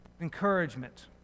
encouragement